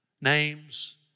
names